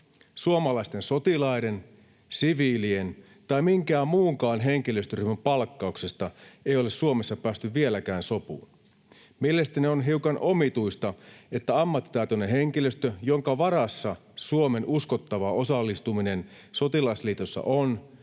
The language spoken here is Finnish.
suomalaisten sotilaiden, siviilien tai minkään muunkaan henkilöstöryhmän palkkauksesta ei ole Suomessa päästy vieläkään sopuun. Mielestäni on hiukan omituista, että ammattitaitoinen henkilöstö, jonka varassa Suomen uskottava osallistuminen sotilasliitossa on,